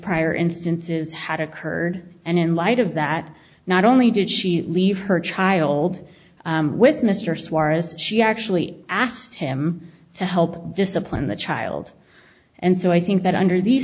prior instances had occurred and in light of that not only did she leave her child with mr suarez she actually asked him to help discipline the child and so i think that under these